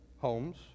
Homes